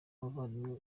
abavandimwe